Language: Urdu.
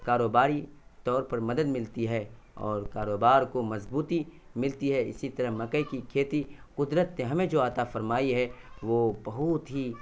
کاروباری طور پر مدد ملتی ہے اور کاروبار کو مضبوطی ملتی ہے اسی طرح مکئی کی کھیتی قدرت نے ہمیں جو عطا فرمائی ہے وہ بہت ہی